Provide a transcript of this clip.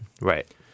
Right